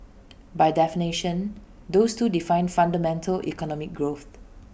by definition those two define fundamental economic growth